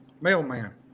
Mailman